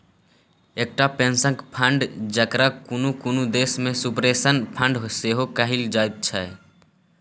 एकटा पेंशनक फंड, जकरा कुनु कुनु देश में सुपरनेशन फंड सेहो कहल जाइत छै